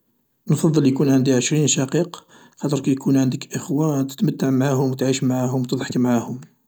نفضل يكون عندي عشرين شقيق خاطر كي يكون عندك إخوة تتمتع معاهم و تعيش معاهم و تضحك معاهم.